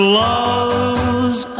love's